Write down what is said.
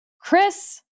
Chris